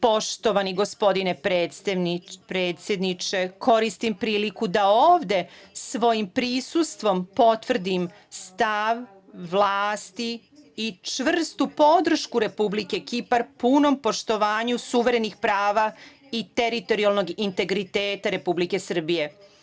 Poštovani gospodine predsedniče, koristim priliku da ovde svojim prisustvom potvrdim stav vlasti i čvrstu podršku Republike Kipar punom poštovanju suverenih prava i teritorijalnog integriteta Republike Srbije.